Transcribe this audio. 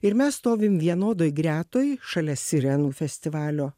ir mes stovim vienodoj gretoj šalia sirenų festivalio